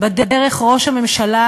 בדרך ראש הממשלה